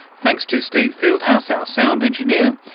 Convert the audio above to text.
thanks to steve fieldhouse our sound engineer,